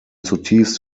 zutiefst